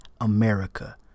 America